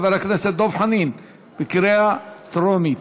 לקריאה טרומית.